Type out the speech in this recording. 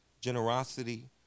generosity